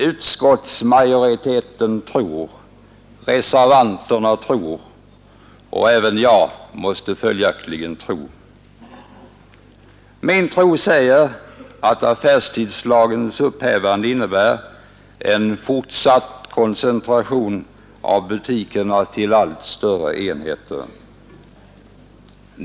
Utskottsmajoriteten tror, reservanterna tror, och även jag måste följaktligen tro. Min tro säger mig att affärstidslagens upphävande innebär en fortsatt koncentration av butikerna till allt större enhet.